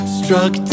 struck